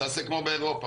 תעשה כמו באירופה,